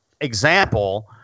example